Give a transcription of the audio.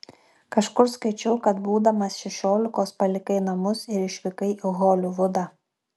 kažkur skaičiau kad būdamas šešiolikos palikai namus ir išvykai į holivudą